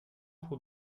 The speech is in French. pour